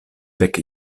dek